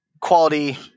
quality